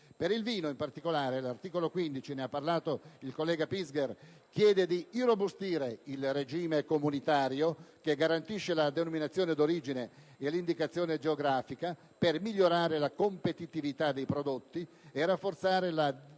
Per il vino, in particolare, l'articolo 15 - di cui ha parlato il collega senatore Pinzger - chiede di irrobustire il regime comunitario che garantisce le denominazioni di origine e di indicazione geografica per migliorare la competitività dei prodotti e rafforzare la